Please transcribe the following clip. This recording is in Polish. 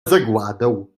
zagładę